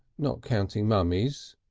not counting mummies,